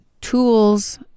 tools